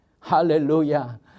Hallelujah